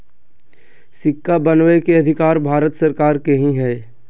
सिक्का बनबै के अधिकार भारत सरकार के ही हइ